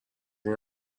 این